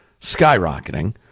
skyrocketing